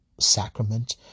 sacrament